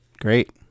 Great